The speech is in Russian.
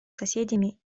соседями